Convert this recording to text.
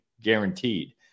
guaranteed